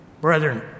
Brethren